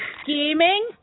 scheming